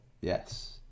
Yes